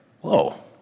whoa